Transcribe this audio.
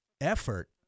effort